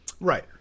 Right